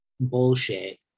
bullshit